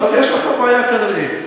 אז יש לך בעיה, כנראה.